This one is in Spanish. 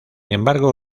embargo